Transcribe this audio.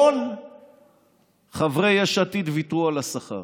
כל חברי יש עתיד ויתרו על השכר,